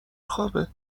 خوابه